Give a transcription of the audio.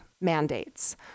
mandates